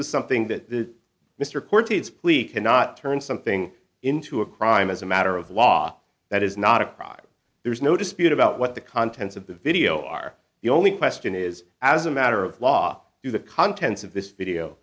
is something that mr court is pleat cannot turn something into a crime as a matter of law that is not a crime there's no dispute about what the contents of the video are the only question is as a matter of law do the contents of this video